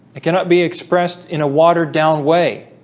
it cannot be expressed in a watered-down way